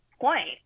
point